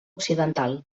occidental